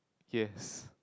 yes